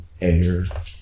air